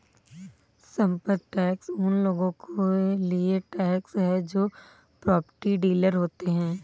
संपत्ति टैक्स उन लोगों के लिए टैक्स है जो प्रॉपर्टी डीलर होते हैं